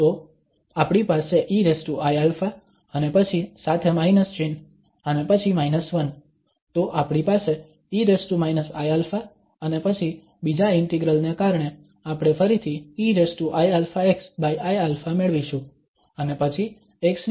તો આપણી પાસે eiα અને પછી સાથે માઇનસ ચિહ્ન અને પછી −1 તો આપણી પાસે e iα અને પછી બીજા ઇન્ટિગ્રલ ને કારણે આપણે ફરીથી eiαxiα મેળવીશું અને પછી x ની લિમિટ −1 થી 1 છે